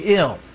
ill